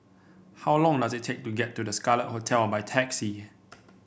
how long does it take to get to The Scarlet Hotel by taxi